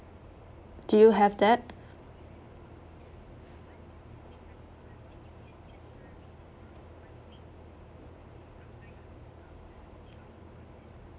do you have that